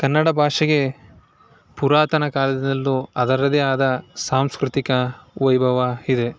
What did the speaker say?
ಕನ್ನಡ ಭಾಷೆಗೆ ಪುರಾತನ ಕಾಲದಿಂದಲೂ ಅದರದ್ದೇ ಆದ ಸಾಂಸ್ಕೃತಿಕ ವೈಭವ ಇದೆ